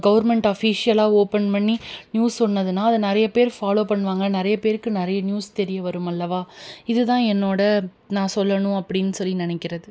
government அஃபிஷியலாக open பண்ணி news சொன்னதுனால் அதை நிறைய பேர் ஃபாலோ பண்ணுவாங்க நிறைய பேருக்கு நிறையா நியூஸ் தெரிய வருமல்லவா இதுதான் என்னோடய நான் சொல்லணும் அப்படினு சொல்லி நினைக்கறது